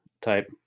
type